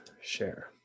share